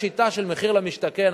השיטה של המחיר למשתכן,